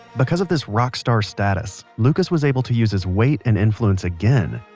because of this rock star status, lucas was able to use his weight and influence again.